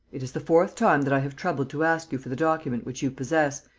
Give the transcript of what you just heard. it is the fourth time that i have troubled to ask you for the document which you possess,